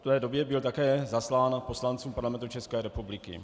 V té době byla také zaslána poslancům Parlamentu České republiky.